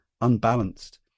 unbalanced